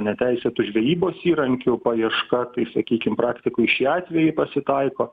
neteisėtų žvejybos įrankių paieška tai sakykim praktikoj šie atvejai pasitaiko